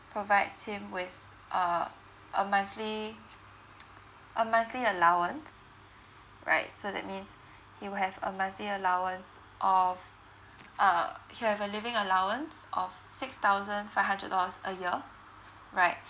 provide him with a a monthly a monthly allowance right so that means he'll have a monthly allowance of uh he'll have a living allowance of six thousand five hundred dollars a year right